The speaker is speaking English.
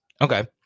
Okay